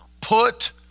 put